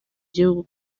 gihugu